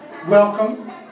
Welcome